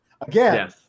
Again